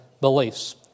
beliefs